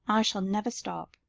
i shall never stop.